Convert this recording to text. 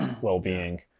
well-being